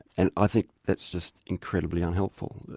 and i think that's just incredibly unhelpful,